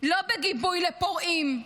לא בגיבוי לפורעים,